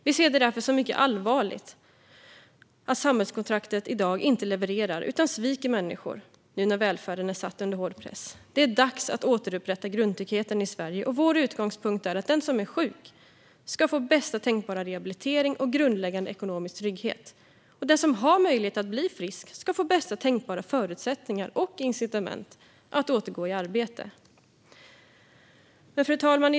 Vi ser därför mycket allvarligt på att samhällskontraktet i dag inte levererar utan sviker människor nu när välfärden är satt under hård press. Det är dags att återupprätta grundtryggheten i Sverige. Vår utgångspunkt är att den som är sjuk ska få bästa tänkbara rehabilitering och grundläggande ekonomisk trygghet, och den som har möjlighet att bli frisk ska få bästa tänkbara förutsättningar och incitament för att återgå i arbete. Fru talman!